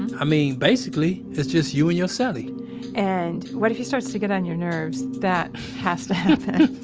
i mean, basically, it's just you and your so cellie and what if he starts to get on your nerves. that has to happen